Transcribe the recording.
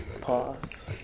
Pause